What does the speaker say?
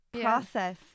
process